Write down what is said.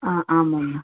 ஆ ஆமாங்க மேம்